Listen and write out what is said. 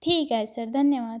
ठीक आहे सर धन्यवाद